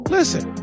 Listen